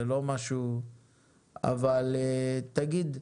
אבל תגיד,